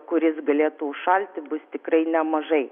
kuris galėtų užšalti bus tikrai nemažai